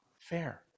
fair